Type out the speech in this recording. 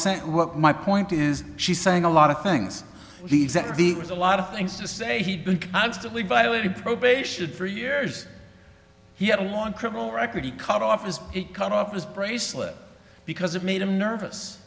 saying what my point is she saying a lot of things he exactly it was a lot of things to say he'd been constantly violating probation for years he had a long criminal record he cut off as he cut off his bracelet because it made him nervous